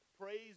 praise